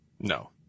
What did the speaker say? No